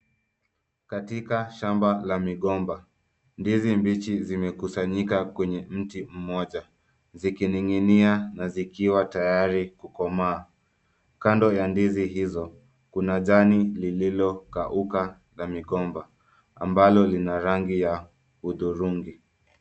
Katika shamba la migomba ndizi mbichi zimekusanyika kwenye mti mmoja zikining'inia na zikiwa tayari kukomaa, kando ya ndizi hizo kuna jani lililokauka na migomba ambalo lina rangi ya udhurungi.